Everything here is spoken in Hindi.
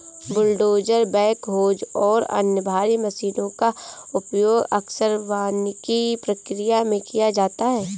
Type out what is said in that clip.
बुलडोजर बैकहोज और अन्य भारी मशीनों का उपयोग अक्सर वानिकी प्रक्रिया में किया जाता है